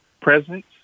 presence